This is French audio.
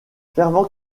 fervent